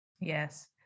Yes